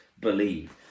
believe